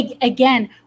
again